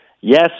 Yes